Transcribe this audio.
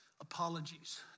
apologies